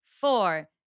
four